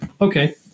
Okay